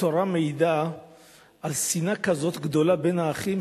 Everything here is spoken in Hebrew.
התורה מעידה על שנאה כזאת גדולה בין האחים,